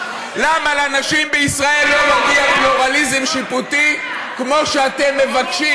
למה לנשים בישראל לא מגיע פלורליזם שיפוטי כמו שאתם מבקשים?